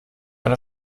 eine